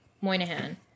Moynihan